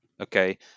okay